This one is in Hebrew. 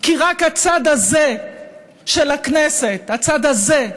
כי רק הצד הזה של הכנסת, הצד הזה,